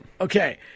Okay